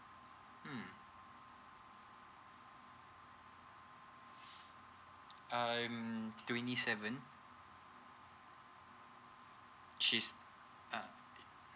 mm um twenty seven she's ah